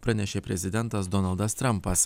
pranešė prezidentas donaldas trampas